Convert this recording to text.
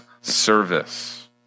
service